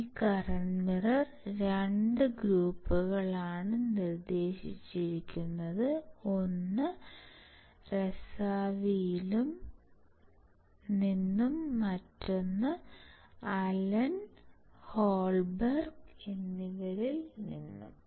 ഈ current mirror 2 ഗ്രൂപ്പുകളാണ് നിർദ്ദേശിച്ചത് ഒന്ന് റസാവിയിൽ നിന്നും മറ്റൊന്ന് അലൻ ഹോൾബെർഗ് എന്നിവരിൽ നിന്നുമാണ്